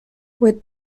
with